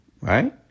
right